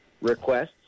requests